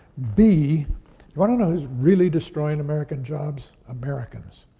b you wanna know who's really destroying american jobs? americans.